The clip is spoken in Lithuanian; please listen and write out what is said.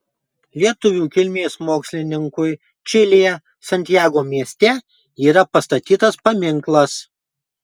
lietuvių kilmės mokslininkui čilėje santjago mieste yra pastatytas paminklas